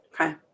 Okay